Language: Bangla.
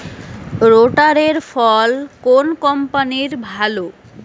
রোটারের ফল কোন কম্পানির ভালো?